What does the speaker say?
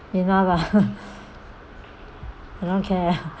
enough ah okay